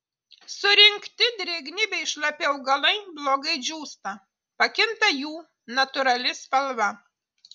surinkti drėgni bei šlapi augalai blogai džiūsta pakinta jų natūrali spalva